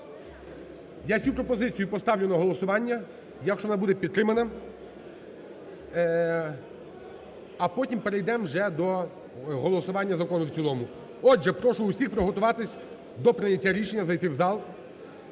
Я цю пропозицію поставлю на голосування. Якщо вона буде підтримана, а потім перейдем вже до голосування закону в цілому. Отже, прошу усіх приготуватись до прийняття рішення, зайти в зал.